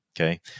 Okay